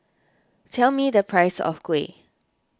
tell me the price of Kuih